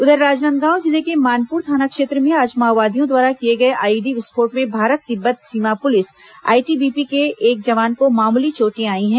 उधर राजनांदगांव जिले के मानपुर थाना क्षेत्र में आज माओवादियों द्वारा किए गए आईईडी विस्फोट में भारत तिब्बत सीमा पुलिस आईटीबीपी के एक जवान को मामूली चोटें आई हैं